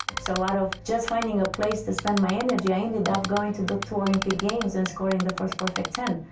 so out of just finding a place to spend my energy, i ended up going to two olympic games and scoring the first perfect ten.